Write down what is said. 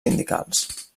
sindicals